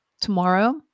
tomorrow